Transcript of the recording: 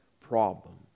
problem